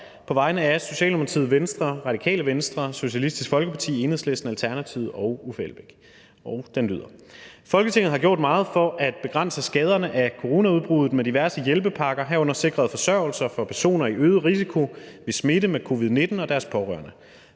på vegne af Socialdemokratiet, Venstre, Radikale Venstre, Socialistisk Folkeparti, Enhedslisten, Alternativet og Uffe Elbæk (UFG) læse et forslag til vedtagelse op: Forslag til vedtagelse »Folketinget har gjort meget for at begrænse skaderne af coronaudbruddet med diverse hjælpepakker, herunder sikret forsørgelse for personer i øget risiko ved smitte med covid-19 og deres pårørende.